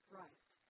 right